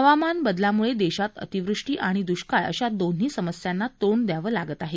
हवामान बदलाम्ळे देशात अतिवृष्टी आणि द्ष्काळ अशा दोन्हीं समस्यांना तोंड द्यावं लागत आहे